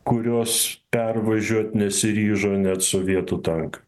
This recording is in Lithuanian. kurios pervažiuot nesiryžo net sovietų tankai